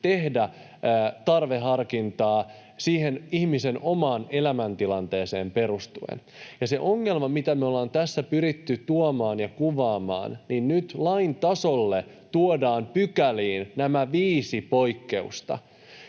tehdä tarveharkintaa ihmisen omaan elämäntilanteeseen perustuen. Se ongelma, mitä me ollaan tässä pyritty tuomaan ja kuvaamaan, on, että nyt lain tasolle tuodaan pykäliin nämä viisi poikkeusta,